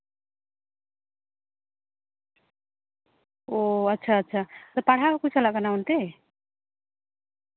ᱳ ᱟᱪᱪᱷᱟ ᱟᱪᱪᱷᱟ ᱛᱟᱦᱮᱸ ᱦᱚᱸᱠᱚ ᱪᱟᱞᱟᱜ ᱠᱟᱱᱟ ᱚᱱᱛᱮ